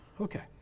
Okay